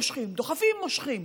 מושכים, דוחפים, מושכים,